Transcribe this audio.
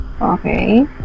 Okay